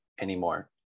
anymore